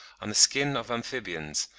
on the skin of amphibians,